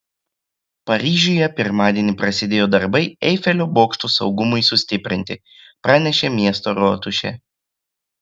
paryžiuje pirmadienį prasidėjo darbai eifelio bokšto saugumui sustiprinti pranešė miesto rotušė